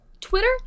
Twitter